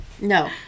No